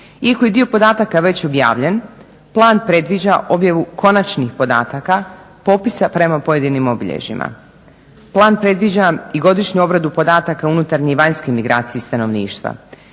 iako je dio podataka već objavljen plan predviđa objavu konačnih podataka popisa prema pojedinim obilježjima. Plan predviđa i godišnju obradu podataka unutarnje i vanjske migracije stanovništva.